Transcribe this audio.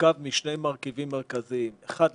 מורכב משני מרכיבים מרכזיים: אחד,